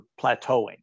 plateauing